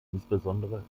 insbesondere